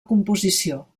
composició